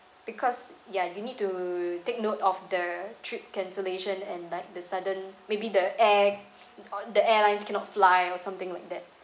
because ya you need to take note of the trip cancellation and like the sudden maybe the air~ the airlines cannot fly or something like that